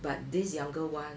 but this younger one